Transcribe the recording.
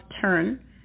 turn